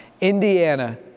Indiana